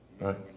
right